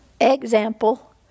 Example